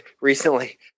recently